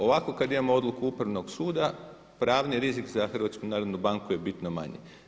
Ovako kada imamo odluku Upravnog suda pravni rizik za HNB je bitno manji.